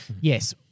yes